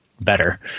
better